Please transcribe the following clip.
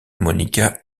monica